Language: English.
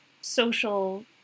social